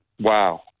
Wow